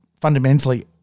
fundamentally